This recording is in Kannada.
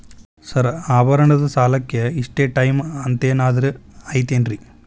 ಸರ್ ಆಭರಣದ ಸಾಲಕ್ಕೆ ಇಷ್ಟೇ ಟೈಮ್ ಅಂತೆನಾದ್ರಿ ಐತೇನ್ರೇ?